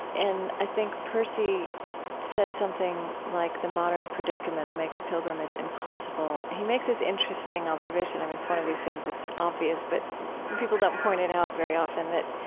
and i think percy said something like the modern predicament makes pilgrimage impossible. he makes this interesting observation, i mean, it's one of these things it's obvious but people don't point it out very often that,